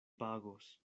pagos